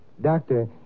Doctor